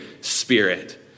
spirit